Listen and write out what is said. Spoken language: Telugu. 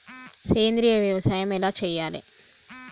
సేంద్రీయ వ్యవసాయం ఎలా చెయ్యాలే?